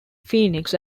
phoenix